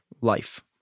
life